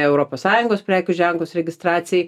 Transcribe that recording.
europos sąjungos prekių ženklus registracijai